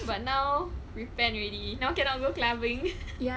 but now repent already now cannot go clubbing